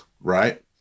right